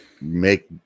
make